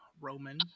roman